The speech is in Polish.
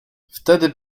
wtedy